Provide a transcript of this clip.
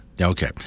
Okay